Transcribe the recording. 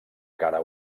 cara